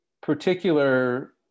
particular